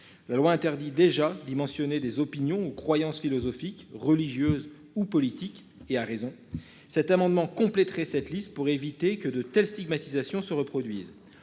La loi interdit déjà dimensionné des opinions ou croyances philosophiques, religieuses ou politiques et à raison cet amendement compléterait cette liste pour éviter que de telles stigmatisations se reproduise